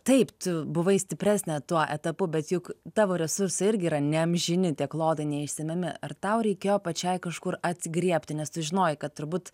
taip tu buvai stipresnė tuo etapu bet juk tavo resursai irgi yra neamžini tie klodai neišsemiami ar tau reikėjo pačiai kažkur atsigriebti nes tu žinojai kad turbūt